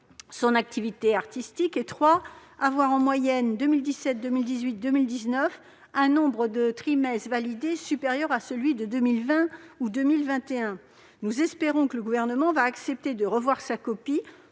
son activité artistique ; avoir en moyenne, sur 2017, 2018 et 2019, un nombre de trimestres validé supérieur à celui de 2020 ou 2021. Nous espérons que le Gouvernement va accepter de revoir sa copie